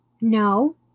No